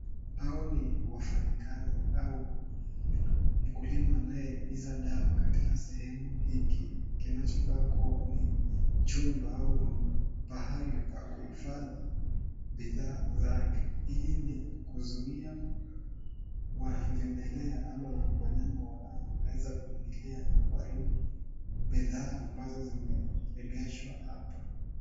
Hawa wafanyakazi au mkulima anayeonyeza dawa katika sehemu hiki kinachokaa kuwa ni chumba au ni pahali pa kuhifadhi bidhaa zake. Hii ni kuzuia wa vimelea au wanyama wanaweza kuingilia na kuharibu bidhaa ambazo zimeegeshwa hapa.